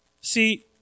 See